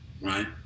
right